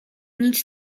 nic